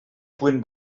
puguen